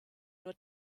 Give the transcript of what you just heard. nur